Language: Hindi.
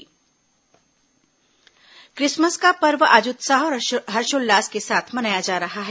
क्रिसमस क्रिसमस का पर्व आज उत्साह और हर्षोल्लास से मनाया जा रहा है